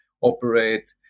operate